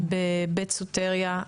בבית סוטריה.